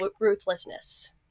ruthlessness